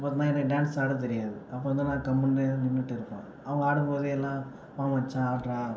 இப்போ பார்த்தீங்கன்னா எனக்கு டான்ஸ் ஆட தெரியாது அப்புறம் தான் நான் கம்முனு நின்றுட்டு இருப்பேன் அவங்க ஆடும்போது எல்லா வா மச்சான் ஆடுடா